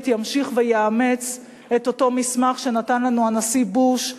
ימשיך ויאמץ את אותו מסמך שנתן לנו הנשיא בוש,